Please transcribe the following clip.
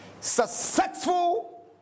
successful